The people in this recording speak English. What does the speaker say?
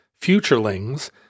futurelings